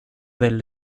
del